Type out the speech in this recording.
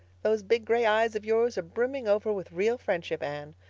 those big gray eyes of yours are brimming over with real friendship, anne.